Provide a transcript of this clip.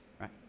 right